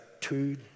two